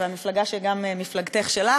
והמפלגה שהיא גם מפלגתך שלך,